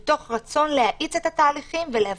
זה נעשה מתוך רצון להאיץ את התהליכים ולהבטיח